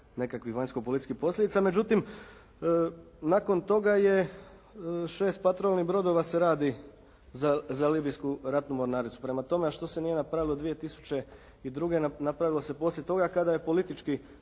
nekakvih vanjskopolitičkih posljedica. Međutim nakon toga je 6 patrolnih brodova se radi za libijsku ratnu mornaricu. Prema tome što se nije napravilo 2002. napravilo se poslije toga kada je politički